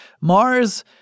Mars